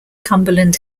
cumberland